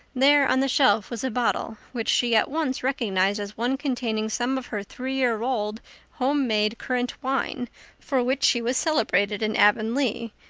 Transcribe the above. there on the shelf was a bottle which she at once recognized as one containing some of her three-year-old homemade currant wine for which she was celebrated in avonlea,